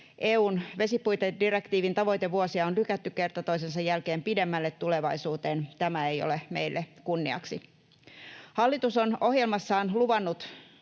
EU:n vesipuitedirektiivin tavoitevuosia on lykätty kerta toisensa jälkeen pidemmälle tulevaisuuteen. Tämä ei ole meille kunniaksi. Hallitus on ohjelmassaan luvannut